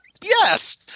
yes